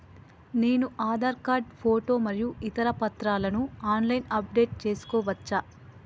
నేను Aadhaar card photo మరియు ఇతర పత్రాలను ఆన్ లైన్ అప్ డెట్ చేసుకోవచ్చా?